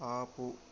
ఆపు